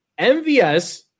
MVS